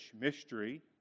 mystery